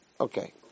Okay